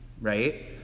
right